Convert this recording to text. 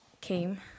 came